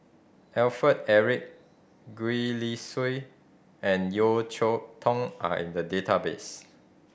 Alfred Eric Gwee Li Sui and Yeo Cheow Tong are in the database